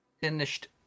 finished